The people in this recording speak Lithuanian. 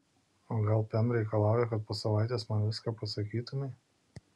o gal pem reikalauja kad po savaitės man viską pasakytumei